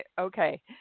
okay